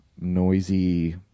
noisy